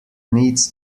needs